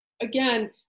Again